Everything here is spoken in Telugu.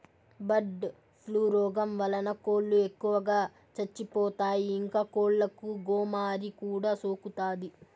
బర్డ్ ఫ్లూ రోగం వలన కోళ్ళు ఎక్కువగా చచ్చిపోతాయి, ఇంకా కోళ్ళకు గోమారి కూడా సోకుతాది